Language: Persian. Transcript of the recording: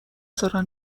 زارن